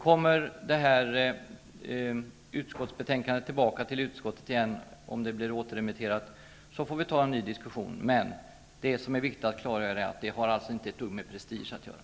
Kommer utskottsbetänkandet tillbaka till utskottet, får vi ta en ny diskussion. Men, och det är viktigt att klargöra, det har ingenting med prestige att göra.